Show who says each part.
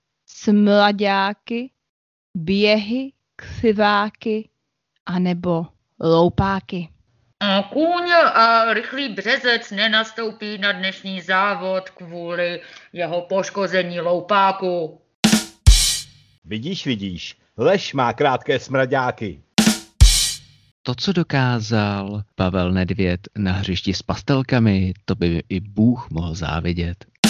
Speaker 1: smraďáky, běhy, křiváky, anebo loupáky.
Speaker 2: A kůň a rychlý březec nenastoupí na dnešní závod kvůli jeho poškození loupáku.
Speaker 3: Vidíš, vidíš, lež má krátké smraďáky.
Speaker 4: To, co dokázal Pavel Nedvěd na hřišti s pastelkami, to by i Bůh mohl závidět.